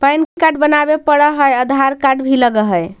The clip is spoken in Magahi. पैन कार्ड बनावे पडय है आधार कार्ड भी लगहै?